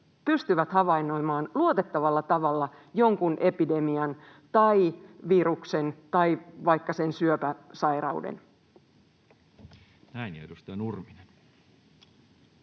pystyvät havainnoimaan luotettavalla tavalla jonkun epidemian tai viruksen tai vaikka sen syöpäsairauden. [Speech 24] Speaker: